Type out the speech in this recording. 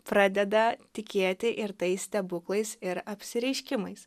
pradeda tikėti ir tais stebuklais ir apsireiškimais